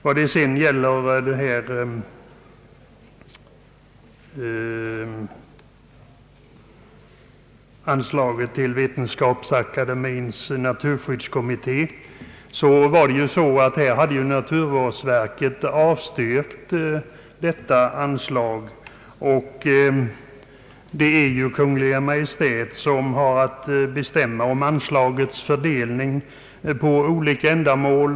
När det gäller anslaget till Vetenskapsakademiens naturskyddskommitté har naturvårdsverket avstyrkt, men det är Kungl. Maj:t som bestämmer om anslagets fördelning på olika ändamål.